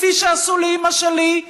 כפי שעשו לאימא שלי,